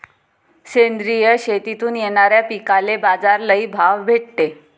सेंद्रिय शेतीतून येनाऱ्या पिकांले बाजार लई भाव भेटते